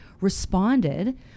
responded